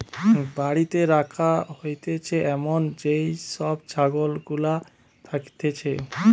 বাড়িতে রাখা হতিছে এমন যেই সব ছাগল গুলা থাকতিছে